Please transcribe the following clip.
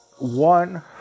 One